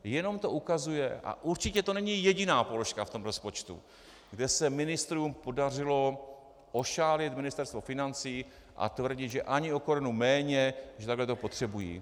Jenom to ukazuje, a určitě to není jediná položka v tom rozpočtu, kde se ministrům podařilo ošálit Ministerstvo financí a tvrdit, že ani o korunu méně, že takhle to potřebují.